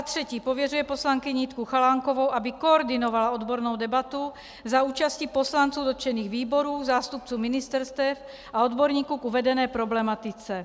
3. pověřuje poslankyni Jitku Chalánkovou, aby koordinovala odbornou debatu za účasti poslanců dotčených výborů, zástupců ministerstev a odborníků k uvedené problematice;